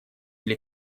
или